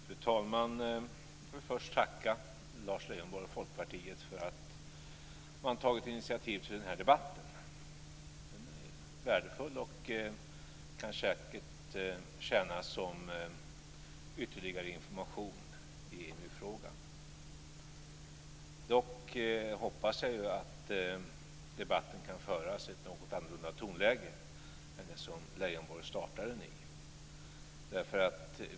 Fru talman! Först vill jag tacka Lars Leijonborg och Folkpartiet för att man tagit initiativ till den här debatten. Den är värdefull och kan säkert tjäna som ytterligare information i EMU-frågan. Dock hoppas jag att debatten kan föras i ett något annorlunda tonläge än det som Lars Leijonborg startade den i.